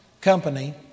company